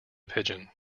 pigeon